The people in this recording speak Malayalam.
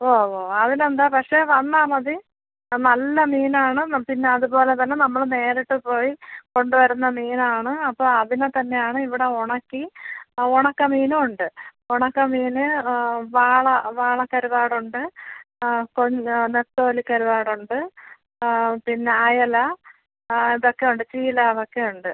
ഓ ഓ അതിന് എന്താ പക്ഷെ വന്നാൽ മതി നല്ല മീൻ ആണ് പിന്നെ അത് പോലെ തന്നെ നമ്മൾ നേരിട്ട് പോയി കൊണ്ട് വരുന്ന മീനാണ് അപ്പോൾ അതിനെ തന്നെ ആണ് ഇവിടെ ഉണക്കി ആ ഉണക്ക മീനും ഉണ്ട് ഉണക്ക മീന് വാള വാള കരുവാട് ഉണ്ട് ആ കൊഞ്ച് നത്തോലി കരുവാട് ഉണ്ട് പിന്നെ അയല ആ അത് ഒക്കെ ഉണ്ട് ചീലാവൊക്കെ ഉണ്ട്